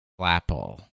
Flapple